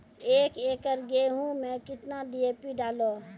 एक एकरऽ गेहूँ मैं कितना डी.ए.पी डालो?